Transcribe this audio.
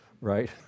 Right